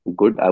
good